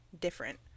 different